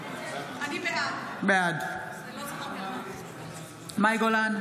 בעד מאי גולן,